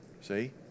See